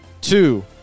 two